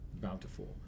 bountiful